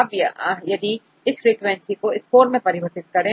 अब हम यदि इस फ्रीक्वेंसी को स्कोर मैं परिवर्तित करें